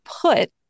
put